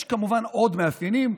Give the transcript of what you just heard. יש כמובן עוד מאפיינים,